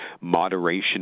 moderation